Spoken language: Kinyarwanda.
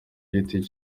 giti